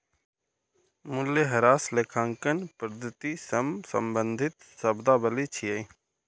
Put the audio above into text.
मूल्यह्रास लेखांकन पद्धति सं संबंधित शब्दावली छियै